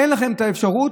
אין לכם את האפשרות,